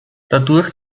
dadurch